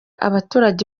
abaturage